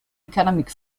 economic